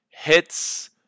hits